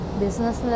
business